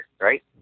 right